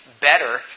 better